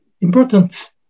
important